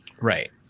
Right